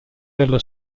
dello